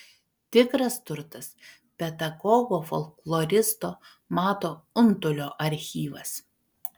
tikras turtas pedagogo folkloristo mato untulio archyvas